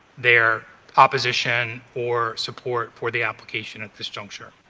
their opposition or support for the application at this juncture.